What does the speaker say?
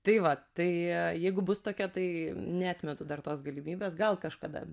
tai vat tai jeigu bus tokia tai neatmetu dar tos galimybės gal kažkada